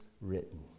written